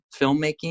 filmmaking